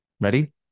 Ready